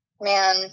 Man